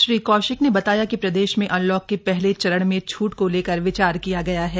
श्री कौशिक ने बताया कि प्रदेश में अनलॉक के पहले चरण में छुट को लेकर विचार किया गया है